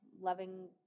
loving